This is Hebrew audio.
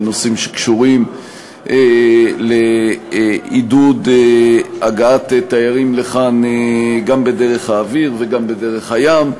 ונושאים שקשורים לעידוד הגעת תיירים לכאן גם בדרך האוויר וגם בדרך הים.